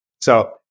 So-